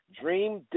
dream